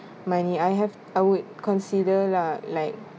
money I have I would consider lah like